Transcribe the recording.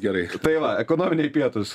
gerai tai va ekonominiai pietūs